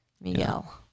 Miguel